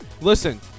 Listen